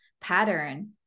pattern